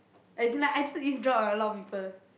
as in like I eavesdrop on a lot of people